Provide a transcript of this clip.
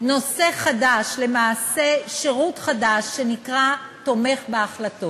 נושא חדש, למעשה שירות חדש, שנקרא תומך בהחלטות.